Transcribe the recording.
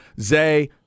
Zay